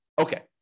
Okay